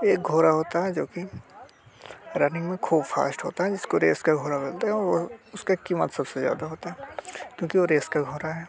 एक घोड़ा होता है जो कि रनिंग में ख़ूब फ़ाश्ट होता है जिसको रेस का घोड़ा बोलते हैं वो उसकी कीमत सब से ज़्यादा होती है क्योंकि वो रेस का घोड़ा है